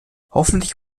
hoffentlich